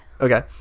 Okay